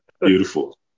beautiful